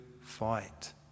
fight